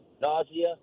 nausea